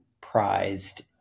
prized